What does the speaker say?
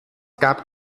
gab